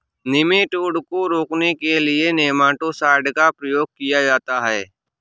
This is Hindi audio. निमेटोड को रोकने के लिए नेमाटो साइड का प्रयोग किया जाता है